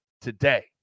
today